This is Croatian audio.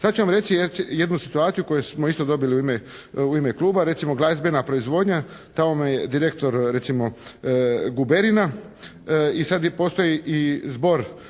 Sad ću vam reći jednu situaciju koju smo isto dobili u ime kluba. Na primjer glazbena proizvodnja. Tamo vam je direktor recimo Guberina i sad postoji zbor